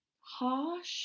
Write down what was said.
harsh